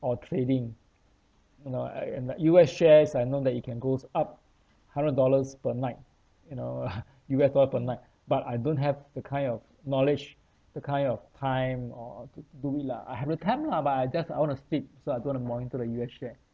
or trading you know a~ and like U_S shares I know that it can goes up hundred dollars per night you know U_S dollar per night but I don't have the kind of knowledge the kind of time or or to do it lah I have the time lah but I just I want to sleep so I don't want to monitor the U_S share